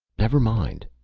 never mind,